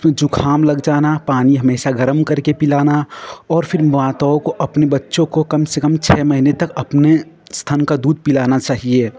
उसमें जुक़ाम लग जाना पानी हमेशा गर्म करके पिलाना और फिर माताओं को अपने बच्चों को कम से कम छह महीने तक अपने स्तन का दूध पिलाना चाहिए